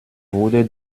wurde